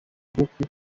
nguko